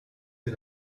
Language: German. ihr